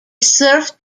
served